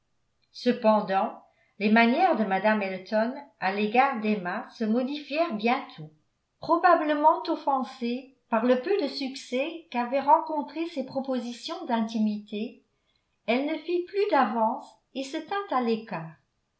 cependant les manières de mme elton à l'égard d'emma se modifièrent bientôt probablement offensée par le peu de succès qu'avaient rencontré ses propositions d'intimité elle ne fit plus d'avances et se tint à l'écart